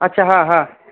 अच्छा हां हां